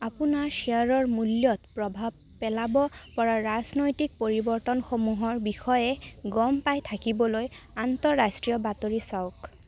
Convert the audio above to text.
আপোনাৰ শ্বেয়াৰৰ মূল্যত প্ৰভাৱ পেলাব পৰা ৰাজনৈতিক পৰিৱৰ্তনসমূহৰ বিষয়ে গম পাই থাকিবলৈ আন্তঃৰাষ্ট্ৰীয় বাতৰি চাওক